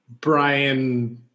Brian